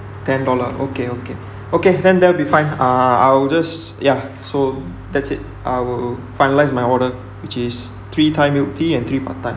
ten dollar okay okay okay then that will be fine uh I will just ya so that's it I will finalise my order which is three thai milk tea and three pad thai